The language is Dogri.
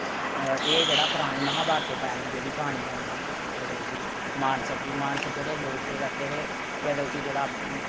एह् जेह्ड़ा पराने महाभारत दे टैम दी एह्दी क्हानी ऐ केह् आखदे उसी मानसर दी मानसर जेह्ड़े लोक केह् करदे हे केह् आखदे उसी जेह्ड़ा